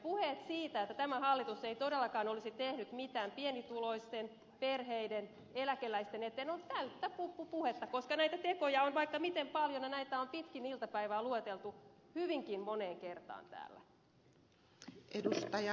puheet siitä että tämä hallitus ei todellakaan olisi tehnyt mitään pienituloisten perheiden eläkeläisten eteen ovat täyttä puppupuhetta koska näitä tekoja on vaikka miten paljon ja näitä on pitkin iltapäivää lueteltu hyvinkin moneen kertaan täällä